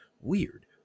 Weird